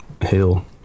hill